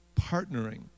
partnering